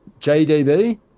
JDB